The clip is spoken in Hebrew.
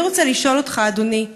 אני רוצה לשאול אותך, אדוני: